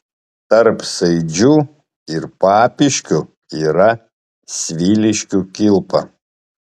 tarp saidžių ir papiškių yra sviliškių kilpa